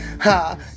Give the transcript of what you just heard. ha